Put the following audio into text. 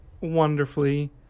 wonderfully